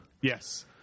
Yes